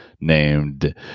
named